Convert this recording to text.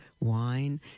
wine